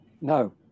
No